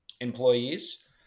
employees